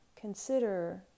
consider